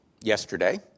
yesterday